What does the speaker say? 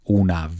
una